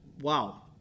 wow